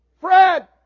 Fred